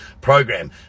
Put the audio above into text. program